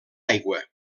aigua